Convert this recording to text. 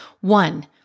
One